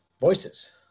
voices